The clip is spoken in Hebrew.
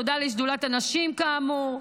תודה לשדולת הנשים, כאמור,